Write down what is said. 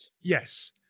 Yes